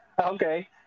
Okay